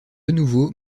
nouveau